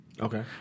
Okay